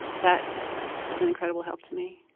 that was an incredible help to me.